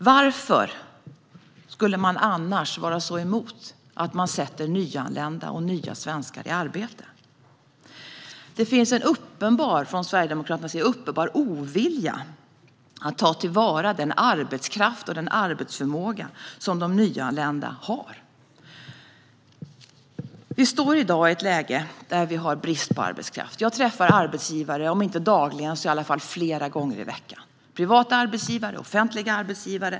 Varför skulle de annars vara så emot att man sätter nyanlända och nya svenskar i arbete? Hos Sverigedemokraterna finns en uppenbar ovilja att ta vara på den arbetskraft och den arbetsförmåga som de nyanlända har. Vi har i dag ett läge med brist på arbetskraft. Jag träffar arbetsgivare om inte dagligen så i alla fall flera gånger i veckan. Det handlar om både privata och offentliga arbetsgivare.